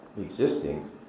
existing